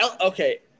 Okay